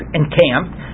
encamped